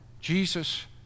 Jesus